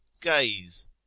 gaze